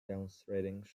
demonstrating